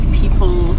people